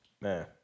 Man